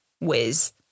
whiz